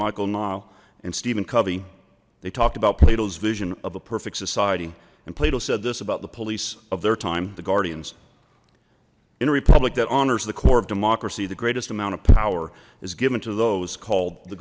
michael nam and steven covey they talked about plato's vision of a perfect society and plato said this about the police of their time the guardians in a republic that honors the core of democracy the greatest amount of power is given to those called the